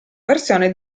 versione